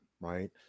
right